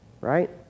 Right